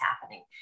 happening